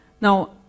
now